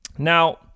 Now